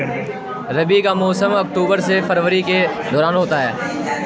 रबी का मौसम अक्टूबर से फरवरी के दौरान होता है